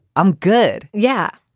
i'm good. yeah.